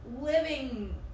living